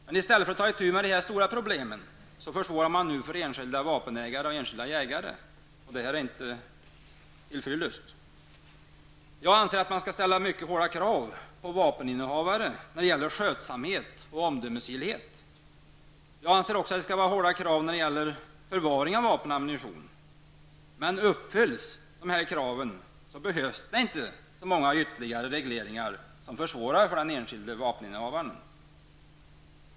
Men i stället för att ta itu med de riktigt stora problemen försvårar man nu för enskilda vapenägare och jägare. Det är inte till fyllest. Jag anser att man bör ställa mycket hårda krav på vapeninnehavare när det gäller skötsamhet och omdömesgillhet. Jag tycker också att det skall ställas stora krav på förvaringen av vapen och ammunition. Uppfylls dessa krav, behövs det inte så många ytterligare regleringar som försvårar för den enskilde vapeninnehavaren.